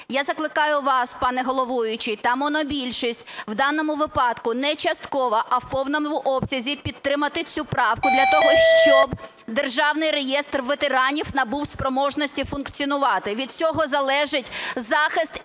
Я закликаю вас, пане головуючий, та монобільшість в даному випадку не частково, а в повному обсязі підтримати цю правку для того, щоб державний реєстр ветеранів набув спроможності функціонувати. Від цього залежить захист